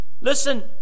Listen